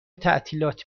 تعطیلات